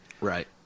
Right